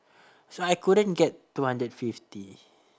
so I couldn't get two hundred fifty